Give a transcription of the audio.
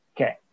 Okay